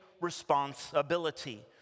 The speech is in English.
responsibility